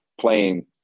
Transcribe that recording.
playing